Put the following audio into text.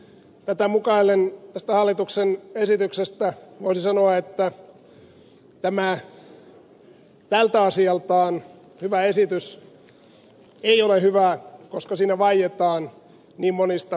tätä mukaellen tästä hallituksen esityksestä voisi sanoa että tältä asialtaan hyvä esitys ei ole hyvä koska siinä vaietaan niin monista vääryyksistä